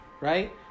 right